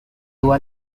were